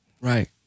Right